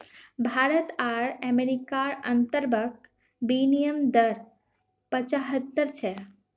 भारत आर अमेरिकार अंतर्बंक विनिमय दर पचाह्त्तर छे